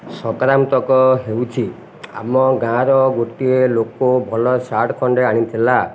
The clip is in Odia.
ସଂକ୍ରାନ୍ତକ ହେଉଛି ଆମ ଗାଁର ଗୋଟିଏ ଲୋକ ଭଲ ସାର୍ଟ୍ ଖଣ୍ଡେ ଆଣିଥିଲା